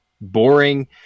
boring